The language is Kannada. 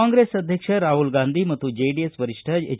ಕಾಂಗ್ರೆಸ್ ಅಧ್ಯಕ್ಷ ರಾಹುಲ ಗಾಂಧಿ ಮತ್ತು ಜೆಡಿಎಸ್ ವರಿಷ್ಠ ಎಚ್